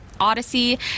Odyssey